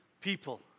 people